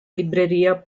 libreria